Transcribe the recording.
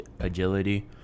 agility